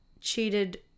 cheated